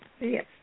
Yes